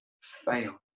fail